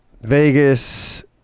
Vegas